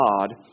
God